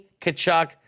Kachuk